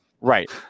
Right